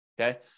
okay